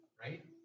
right